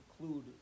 include